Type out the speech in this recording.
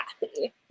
happy